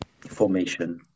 formation